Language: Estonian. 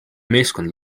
meeskond